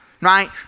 right